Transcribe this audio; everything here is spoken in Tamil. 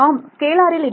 ஸ்கேலாரில் இருக்கும்